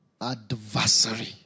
adversary